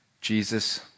Jesus